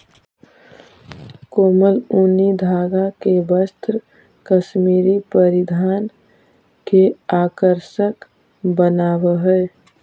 कोमल ऊनी धागा के वस्त्र कश्मीरी परिधान के आकर्षक बनावऽ हइ